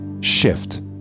shift